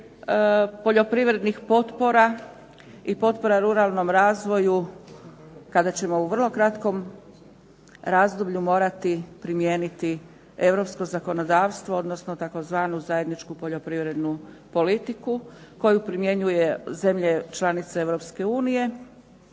poljoprivrednih potpora i potpora ruralnom razvoju kada ćemo u vrlo kratkom razdoblju morati primijeniti europsko zakonodavstvo, odnosno tzv. zajedničku poljoprivrednu politiku koju primjenjuje zemlje članice